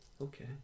Okay